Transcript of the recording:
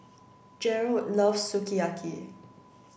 Gerold loves Sukiyaki